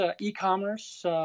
e-commerce